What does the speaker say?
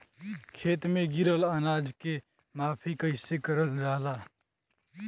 खेत में गिरल अनाज के माफ़ी कईसे करल जाला?